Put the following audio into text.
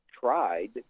tried